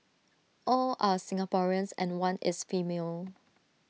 all are Singaporeans and one is female